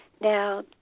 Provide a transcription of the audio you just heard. Now